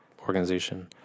organization